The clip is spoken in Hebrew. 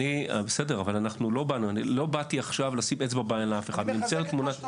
בסדר, אבל לא באתי לשים אצבע בעין לאף אחד עכשיו.